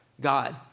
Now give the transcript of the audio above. God